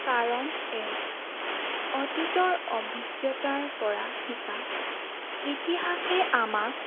কাৰণ এক অতীতৰ অভিজ্ঞতাৰ পৰা শিকা ইতিহাসে আমাক